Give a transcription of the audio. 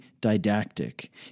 didactic